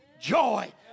joy